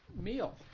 meal